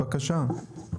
בבקשה.